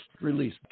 release